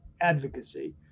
advocacy